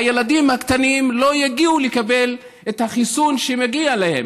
הילדים הקטנים לא יגיעו לקבל את החיסון שמגיע להם,